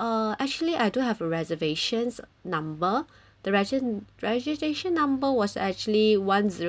ah actually I do have a reservations number the reser~ reservation number was actually one zero zero zero